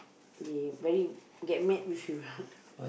they very get mad with you